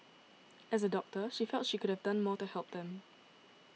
as a doctor she felt she could have done more to help them